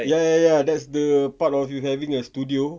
ya ya ya that's the part of you having a studio